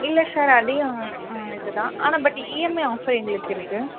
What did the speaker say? இல்லை சார் அதே இதுதான் ஆனால் பட் இஎம்ஐ ஆஃபர் எங்களுக்கு இருக்குது